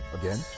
again